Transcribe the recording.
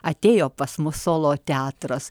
atėjo pas mus solo teatras